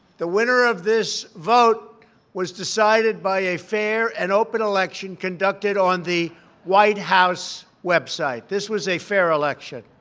the winner of this vote was decided by a fair and open election conducted on the white house website. this was a fair election.